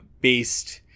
based